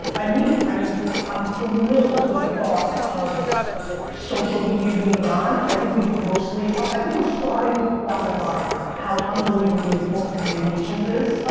i mean it, i mean i'm thrilled with the thought of social media being gone, i think we grossly, i think we're starting to quantify how unbelievably important communications is,